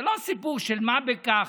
זה לא סיפור של מה בכך,